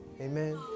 amen